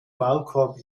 maulkorb